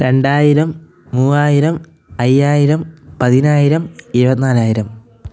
രണ്ടായിരം മൂവായിരം അയ്യായിരം പതിനായിരം ഇരുപത്തിനാലായിരം